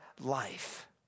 life